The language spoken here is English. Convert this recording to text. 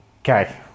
Okay